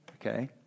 Okay